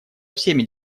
всеми